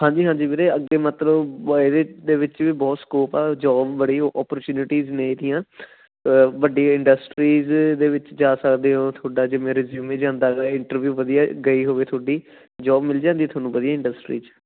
ਹਾਂਜੀ ਹਾਂਜੀ ਵੀਰੇ ਅੱਗੇ ਮਤਲਬ ਇਹਦੇ ਵਿੱਚ ਵੀ ਬਹੁਤ ਸਕੋਪ ਆ ਜੋਬ ਬੜੀ ਓਪੋਰਚੁਨਿਟੀਜ ਨੇ ਇਹਦੀਆਂ ਵੱਡੇ ਇੰਡਸਟਰੀਜ਼ ਦੇ ਵਿੱਚ ਜਾ ਸਕਦੇ ਹੋ ਤੁਹਾਡਾ ਜਿਵੇਂ ਰਿਸੂਮੇ ਜਾਂਦਾ ਹੈਗਾ ਇੰਟਰਵਿਊ ਵਧੀਆ ਗਈ ਹੋਵੇ ਤੁਹਾਡੀ ਜੋਬ ਮਿਲ ਜਾਂਦੀ ਤੁਹਾਨੂੰ ਵਧੀਆ ਇੰਡਸਟਰੀਜ਼ 'ਚ